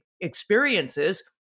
experiences